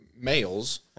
males